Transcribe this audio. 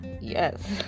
yes